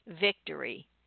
victory